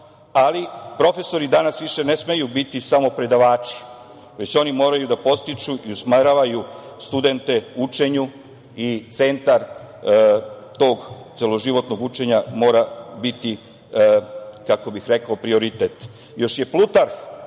ali profesori danas više ne smeju biti samo predavači, već oni moraju da podstiču i usmeravaju studente učenju i centar tog celoživotnog učenja mora biti, kako bih rekao, prioritet. Još je Plutarh